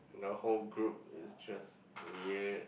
the whole group is just weird